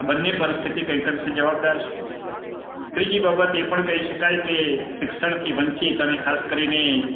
આ બન્ને પરિસ્થિતિ કંઈક અંશે જવાબદાર છે ત્રીજી બાબત એ પણ કહી શકાય કે શિક્ષણથી વંચિત અને ખાસ કરીને